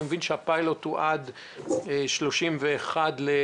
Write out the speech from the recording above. אני מבין שהפיילוט הוא עד ה-31 בדצמבר,